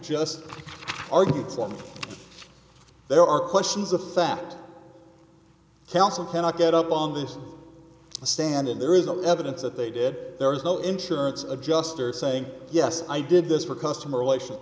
just argued for there are questions of fact telson cannot get up on this a standard there is no evidence that they did there is no insurance adjuster saying yes i did this for customer relations